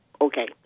okay